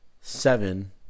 seven